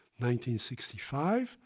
1965